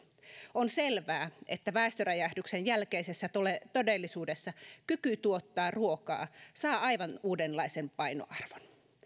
on selvää että väestöräjähdyksen jälkeisessä todellisuudessa kyky tuottaa ruokaa saa aivan uudenlaisen painoarvon